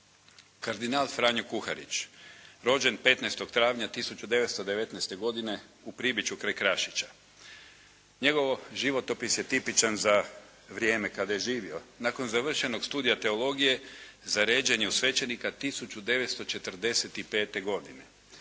Kardinal Franjo Kuharić, rođen 15. travnja 1919. godine u Pribiću kraj Krašića. Njegov životopis je tipičan za vrijeme kada je živio. Nakon završenog Studija teologije, zaređen je u svećenika 1945. godine.